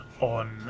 on